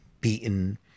beaten